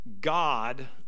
god